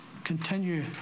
continue